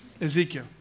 Ezekiel